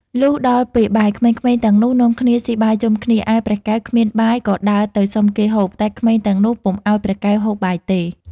លុះដល់ពេលបាយ ក្មេងៗទាំងនោះនាំគ្នាស៊ីបាយជុំគ្នា ឯព្រះកែវគ្មានបាយ ក៏ដើរទៅសុំគេហូប តែក្មេងទាំងនោះពុំឲ្យព្រះកែវហូបបាយទេ។